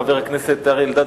חבר הכנסת אריה אלדד,